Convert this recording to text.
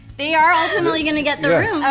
they are ultimately gonna get the room